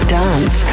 dance